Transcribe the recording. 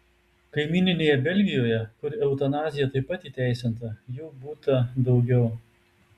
kaimyninėje belgijoje kur eutanazija taip pat įteisinta jų būta daugiau